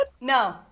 No